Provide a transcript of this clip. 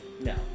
No